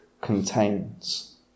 contains